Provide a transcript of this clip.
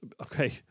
okay